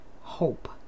hope